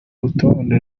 rutonde